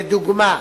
לדוגמה,